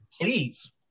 Please